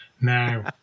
now